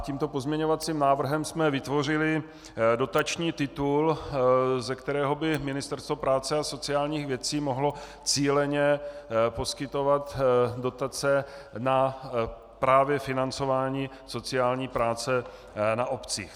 Tímto pozměňovacím návrhem jsme vytvořili dotační titul, ze kterého by Ministerstvo práce a sociálních věcí mohlo cíleně poskytovat dotace právě na financování sociální práce na obcích.